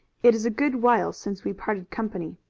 it is a good while since we parted company.